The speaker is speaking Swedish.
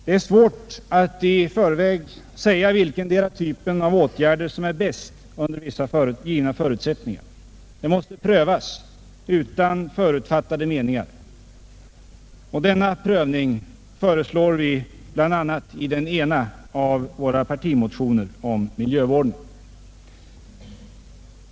Det är svårt att i förväg säga vilkendera typen av åtgärder som är bäst under vissa givna förutsättningar — det måste prövas utan förutfattade meningar. Denna prövning föreslår vi bl.a. i den ena av våra partimotioner om miljövården.